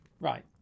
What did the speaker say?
Right